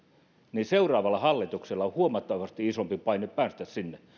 niin seuraavalla hallituksella on huomattavasti isompi paine päästä sinne